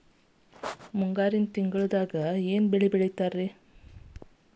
ಮುಂಗಾರು ತಿಂಗಳದಾಗ ಏನ್ ಬೆಳಿತಿರಿ?